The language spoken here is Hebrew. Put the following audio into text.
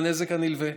והנזק הנלווה.